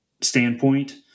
standpoint